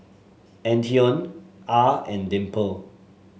Antione Ah and Dimple